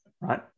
Right